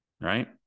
right